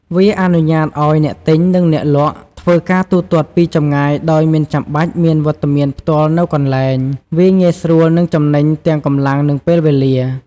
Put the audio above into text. វាអនុញ្ញាតឱ្យអ្នកទិញ និងអ្នកលក់ធ្វើការទូទាត់ពីចម្ងាយដោយមិនចាំបាច់មានវត្តមានផ្ទាល់នៅកន្លែង វាងាយស្រួលនិងចំណេញទាំងកម្លាំងនិងពេលវេលា។